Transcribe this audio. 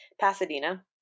Pasadena